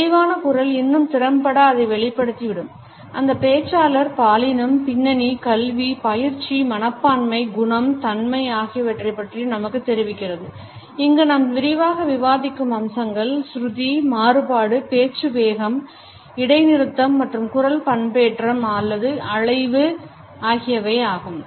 தெளிவான குரல் இன்னும் திறம்பட அதை வெளிப்படுத்தி விடும் அந்த பேச்சாளர் பாலினம் பின்னணி கல்வி பயிற்சி மனப்பான்மை குணம் தன்மை ஆகியவற்றைப் பற்றியும் நமக்குத் தெரிவிக்கிறது இங்கு நாம் விரிவாக விவாதிக்கும் அம்சங்கள் சுருதி மாறுபாடு பேச்சு வேகம் இடைநிறுத்தம் மற்றும் குரல் பண்பேற்றம் அல்லது அலைவு ஆகியவை ஆகும்